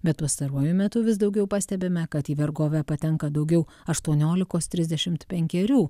bet pastaruoju metu vis daugiau pastebime kad į vergovę patenka daugiau aštuoniolikos trisdešimt penkerių